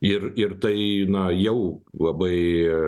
ir ir tai na jau labai